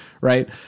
right